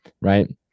right